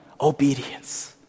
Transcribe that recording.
Obedience